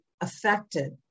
affected